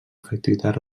efectivitat